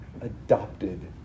adopted